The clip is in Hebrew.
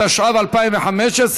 התשע"ו 2015,